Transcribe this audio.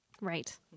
Right